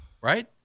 Right